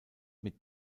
mit